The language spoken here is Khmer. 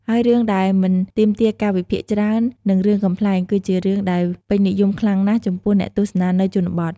ហើយរឿងដែលមិនទាមទារការវិភាគច្រើន និងរឿងកំប្លែងគឺជារឿងដែលពេញនិយមខ្លាំងណាស់ ចំពោះអ្នកទស្សនានៅជនបទ។